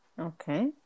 Okay